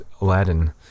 Aladdin